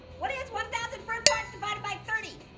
what is one thousand fruit punches divided by thirty?